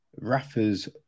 Rafa's